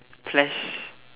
flash